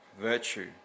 virtue